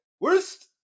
Worst